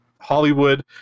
hollywood